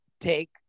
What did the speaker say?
take